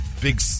big